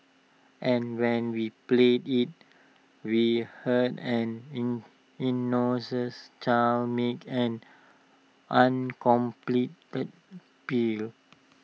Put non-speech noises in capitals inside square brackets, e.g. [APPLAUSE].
and when we played IT we heard an in innocence child make an uncompleted [UNINTELLIGIBLE]